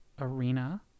arena